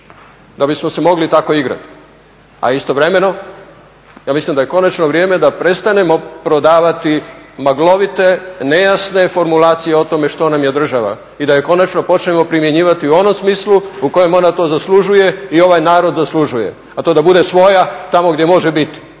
da bismo se mogli tako igrati, a istovremeno ja mislim da je konačno vrijeme da prestanemo prodavati maglovite, nejasne formulacije o tome što nam je država, i da je konačno počnemo primjenjivati u onom smislu u kojem ona to zaslužuje i ovaj narod zaslužuje, a to je da bude svoja tamo gdje može biti,